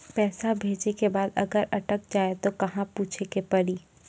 पैसा भेजै के बाद अगर अटक जाए ता कहां पूछे के पड़ी?